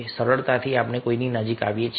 સરળતાથી આપણે કોઈની નજીક આવીએ છીએ